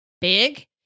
big